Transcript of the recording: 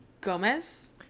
Gomez